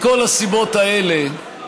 מכל הסיבות האלה,